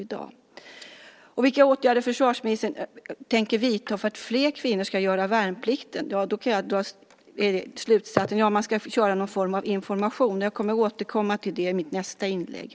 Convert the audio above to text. På frågan vilka åtgärder försvarsministern tänker vidta för att fler kvinnor ska göra värnplikten kan jag av svaret dra slutsatsen att man ska köra någon form av information. Jag återkommer till det i mitt nästa inlägg.